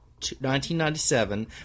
1997